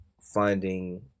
finding